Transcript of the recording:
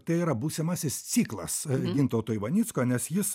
tai yra būsimasis ciklas gintauto ivanicko nes jis